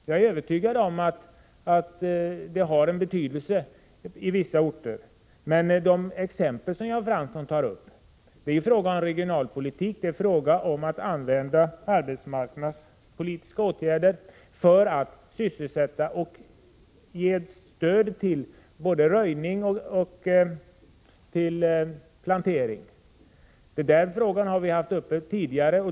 Jag är övertygad om att det har betydelse i vissa orter. Men i de exempel som Jan Fransson tog upp är det fråga om regionalpolitik, fråga om att använda arbetsmarknadspolitiska åtgärder för att sysselsätta människor och ge ett stöd till både röjning och plantering. Den frågan har vi haft uppe tidigare.